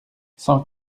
cent